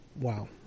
wow